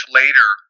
later